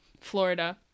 Florida